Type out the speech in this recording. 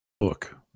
book